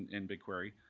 in bigquery